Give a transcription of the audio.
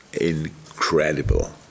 incredible